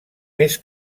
mes